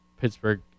Pittsburgh